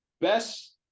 best